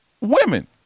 women